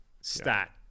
stat